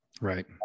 Right